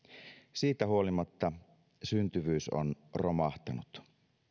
siitä huolimatta syntyvyys on romahtanut